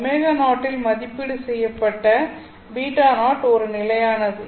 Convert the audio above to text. ω0 ல் மதிப்பீடு செய்யப்பட்ட β0 ஒரு நிலையானது